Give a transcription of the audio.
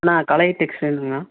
அண்ணா கலை டெக்ஸ்டெயில்ஸுங்கண்ணா